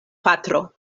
patro